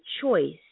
choice